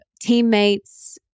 teammates